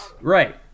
Right